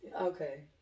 Okay